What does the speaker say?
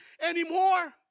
anymore